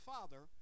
Father